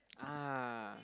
ah